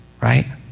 Right